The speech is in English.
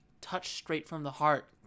touch-straight-from-the-heart